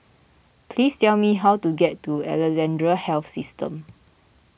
please tell me how to get to Alexandra Health System